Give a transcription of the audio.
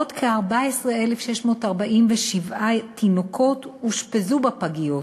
עוד כ-14,647 תינוקות אושפזו בפגיות,